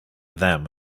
them